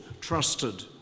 trusted